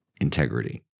integrity